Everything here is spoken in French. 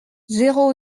zéro